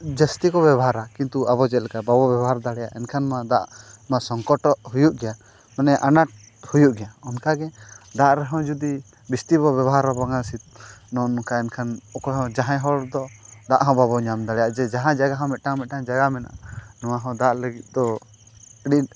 ᱡᱟᱹᱥᱛᱤ ᱠᱚ ᱵᱮᱵᱚᱦᱟᱨᱟ ᱠᱤᱱᱛᱩ ᱟᱵᱚ ᱪᱮᱫ ᱞᱮᱠᱟ ᱵᱟᱵᱚ ᱵᱮᱵᱚᱦᱟᱨ ᱫᱟᱲᱮᱭᱟᱜ ᱠᱟᱱᱟ ᱮᱱᱠᱷᱟᱱ ᱢᱟ ᱫᱟᱜ ᱢᱟ ᱥᱚᱝᱠᱚᱴᱚᱜ ᱦᱩᱭᱩᱜ ᱜᱮᱭᱟ ᱢᱟᱱᱮ ᱟᱱᱟᱴ ᱦᱩᱭᱩᱜ ᱜᱮᱭᱟ ᱚᱱᱠᱟᱜᱮ ᱫᱟᱜ ᱨᱮᱦᱚᱸ ᱡᱩᱫᱤ ᱵᱤᱥᱛᱤ ᱵᱚᱱ ᱵᱮᱵᱚᱦᱟᱨᱟ ᱱᱚᱜᱼᱚ ᱱᱚᱝᱠᱟ ᱮᱱᱠᱷᱟᱱ ᱚᱠᱚᱭ ᱦᱚᱸ ᱡᱟᱦᱟᱸᱭ ᱦᱚᱲ ᱫᱚ ᱫᱟᱜ ᱦᱚᱸ ᱵᱟᱵᱚᱱ ᱧᱟᱢ ᱫᱟᱲᱮᱭᱟᱜᱼᱟ ᱡᱮ ᱡᱟᱦᱟᱸ ᱡᱟᱭᱜᱟ ᱦᱚᱸ ᱢᱤᱫᱴᱟᱱᱝᱼᱢᱤᱫᱴᱟᱝ ᱡᱟᱭᱜᱟ ᱢᱮᱱᱟᱜᱼᱟ ᱱᱚᱣᱟᱦᱚᱸ ᱫᱟᱜ ᱞᱟᱹᱜᱤᱫ ᱫᱚ ᱟᱹᱰᱤ